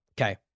Okay